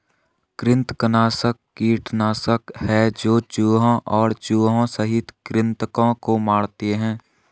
कृंतकनाशक कीटनाशक है जो चूहों और चूहों सहित कृन्तकों को मारते है